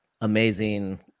amazing